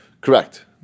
Correct